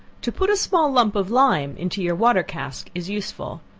to put a small lump of lime into your water-cask is useful.